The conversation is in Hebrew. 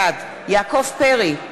בעד יעקב פרי,